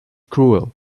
cruel